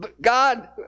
God